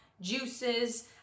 juices